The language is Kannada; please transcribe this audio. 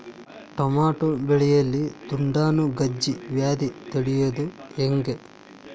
ಟಮಾಟೋ ಬೆಳೆಯಲ್ಲಿ ದುಂಡಾಣು ಗಜ್ಗಿ ವ್ಯಾಧಿ ತಡಿಯೊದ ಹೆಂಗ್?